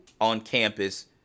on-campus